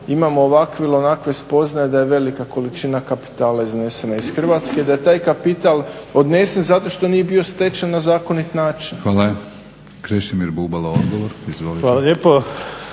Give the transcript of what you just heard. imamo ovakve ili onakve spoznaje da je velika količina kapitala iznesena iz Hrvatske i da je taj kapital odnesen zato što nije bio stečen na zakonit način. **Batinić, Milorad (HNS)** Hvala.